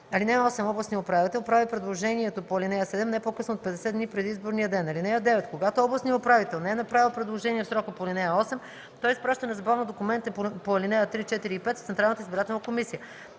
му. (8) Областният управител прави предложението по ал. 7 не по-късно от 50 дни преди изборния ден. (9) Когато областният управител не е направил предложение в срока по ал. 8, той изпраща незабавно документите по ал. 3, 4 и 5 в Централната избирателна комисия.